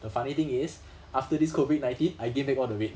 the funny thing is after this COVID nineteen I gained back all the weight